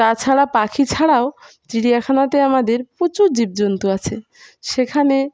তাছাড়া পাখি ছাড়াও চিড়িয়াখানাতে আমাদের প্রচুর জীবজন্তু আছে সেখানে